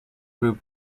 prove